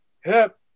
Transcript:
hip